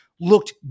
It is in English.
Looked